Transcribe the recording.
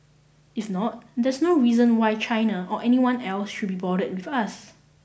if not there's no reason why China or anyone else should be bothered with us